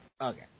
Okay